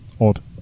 Odd